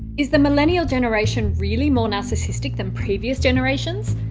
is the millennial generation really more narcissistic than previous generations?